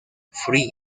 free